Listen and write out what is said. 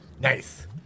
Nice